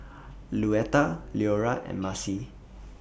Luetta Leora and Macie